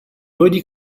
body